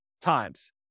times